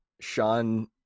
sean